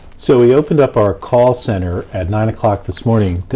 so we opened up our call center at nine o'clock this morning.